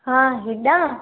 हा हीना